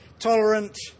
Tolerant